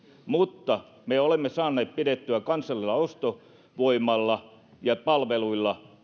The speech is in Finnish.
mutta me olemme saaneet vielä pidettyä kasvun päällä kansan ostovoimalla ja palveluilla